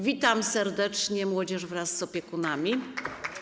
Witam serdecznie młodzież wraz z opiekunami.